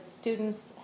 students